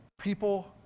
People